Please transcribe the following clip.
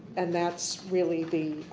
and that's really the.